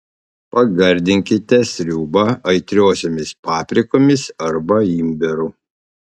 pagardinkite sriubą aitriosiomis paprikomis arba imbieru